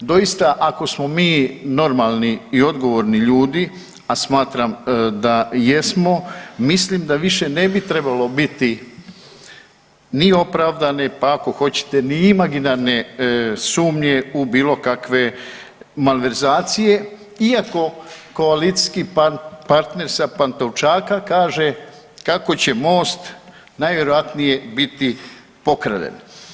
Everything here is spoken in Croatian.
Doista, ako smo mi normalni i odgovorni ljudi, a smatram da jesmo, mislim da više ne bi trebalo biti ni opravdane, pa ako hoćete ni imaginarne sumnje u bilo kakve malverzacije iako koalicijski partner sa Pantovčaka kaže kako će Mosta najvjerojatnije biti pokraden.